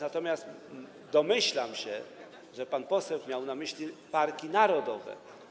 Natomiast domyślam się, że pan poseł miał na myśli parki narodowe.